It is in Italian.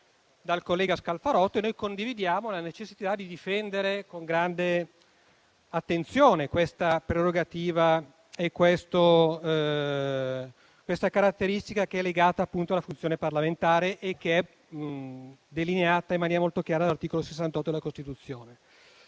dal collega Scalfarotto. Noi condividiamo la necessità di difendere con grande attenzione questa prerogativa, questa caratteristica legata alla funzione parlamentare e delineata in maniera molto chiara dall'articolo 68 della Costituzione.